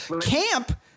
camp